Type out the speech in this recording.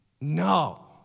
No